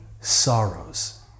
sorrows